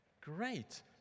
Great